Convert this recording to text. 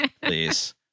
please